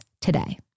today